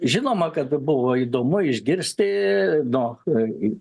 žinoma kad buvo įdomu išgirsti nu